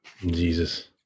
jesus